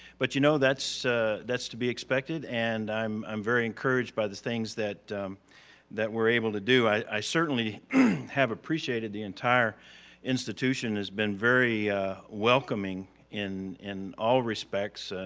but you know that's that's to be expected and i'm i'm very encouraged by these things that that we're able to do. i i certainly have appreciated the entire institution has been very welcoming in in all respects,